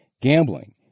gambling